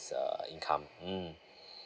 uh income mm